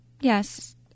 Yes